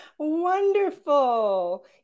wonderful